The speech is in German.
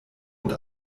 und